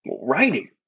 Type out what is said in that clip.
Writing